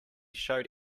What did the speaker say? showed